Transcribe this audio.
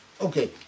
Okay